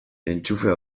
entxufea